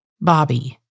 Bobby